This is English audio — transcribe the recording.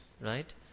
Right